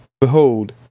behold